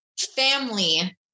family